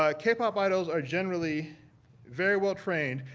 ah k-pop idols are generally very well trained,